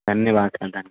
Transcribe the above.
धन्यवाद